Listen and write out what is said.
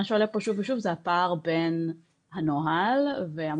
מה שעולה פה שוב ושוב זה הפער בין הנוהל ואמות